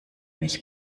mich